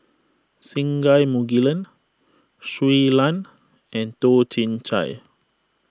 Singai Mukilan Shui Lan and Toh Chin Chye